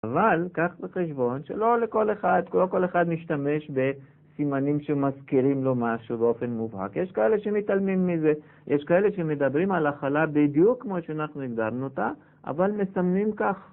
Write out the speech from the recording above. אבל, קח בחשבון שלא כל אחד משתמש בסימנים שמזכירים לו משהו באופן מובהק. יש כאלה שמתעלמים מזה, יש כאלה שמדברים על הכלה בדיוק כמו שאנחנו הגדרנו אותה, אבל מסמנים כך